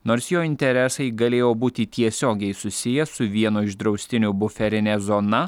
nors jo interesai galėjo būti tiesiogiai susiję su vieno iš draustinio buferine zona